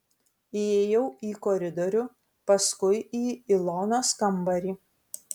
įėjau į koridorių paskui į ilonos kambarį